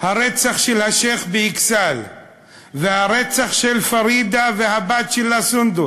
הרצח של השיח' באכסאל והרצח של פארידה והבת שלה סונדוס,